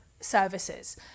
services